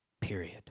period